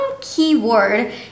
keyword